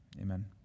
Amen